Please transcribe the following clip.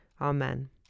Amen